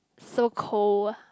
so cold